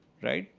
right?